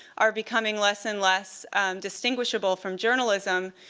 are becoming less and less distinguishable from journalism.